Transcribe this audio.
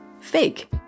fake